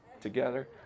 together